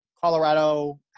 Colorado –